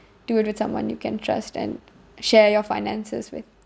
do it with someone you can trust and share your finances with